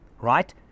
right